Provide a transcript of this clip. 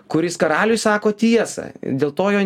kuris karaliui sako tiesą dėl to jo